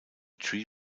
tree